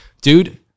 dude